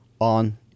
on